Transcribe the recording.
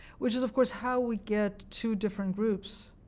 which is, of course, how we get two different groups